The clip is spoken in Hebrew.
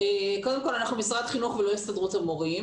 קודם כל אנחנו משרד חינוך ולא הסתדרות המורים.